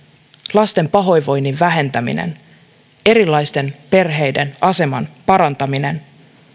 lasten pahoinvoinnin vähentäminen erilaisten perheiden aseman parantaminen